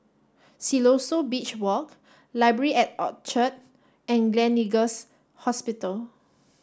Siloso Beach Walk Library at Orchard and Gleneagles Hospital